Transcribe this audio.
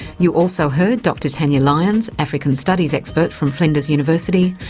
you also heard dr tanya lyons, african studies expert from flinders university,